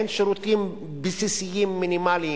שאין שירותים בסיסיים מינימליים.